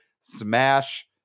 smash